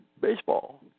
Baseball